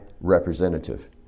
representative